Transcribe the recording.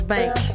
bank